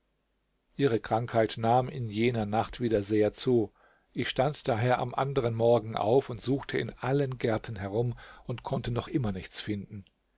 ihre krankheit nahm in jener nacht wieder sehr zu ich stand daher am anderen morgen auf und suchte in allen gärten herum und konnte noch immer nichts finden